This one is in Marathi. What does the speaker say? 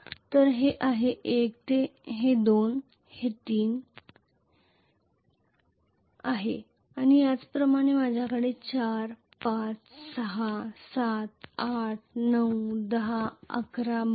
तर हे आहे 1 हे 2 हे 3 हे आहे आणि त्याचप्रमाणे माझ्याकडे 4 5 6 7 8 9 10 11 12